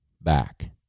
back